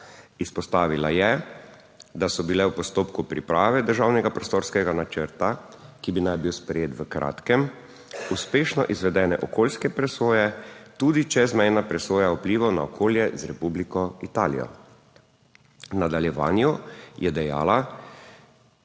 Izpostavila je, da so bile v postopku priprave državnega prostorskega načrta, ki naj bi bil sprejet v kratkem, uspešno izvedene okoljske presoje, tudi čezmejna presoja vplivov na okolje z Republiko Italijo. V nadaljevanju je dejala,